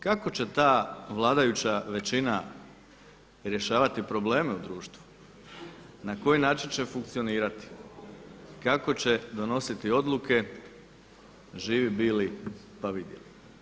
Kako će ta vladajuća većina rješavati probleme u društvu, na koji način će funkcionirati, kako će donositi odluke živi bili pa vidjeli.